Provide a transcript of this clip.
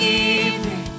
evening